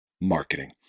marketing